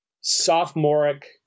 sophomoric